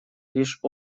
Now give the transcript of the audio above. лишь